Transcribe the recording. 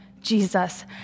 Jesus